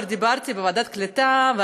בוועדת הקליטה,